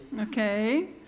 Okay